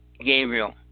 Gabriel